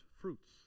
fruits